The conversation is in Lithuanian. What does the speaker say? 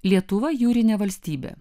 lietuva jūrinė valstybė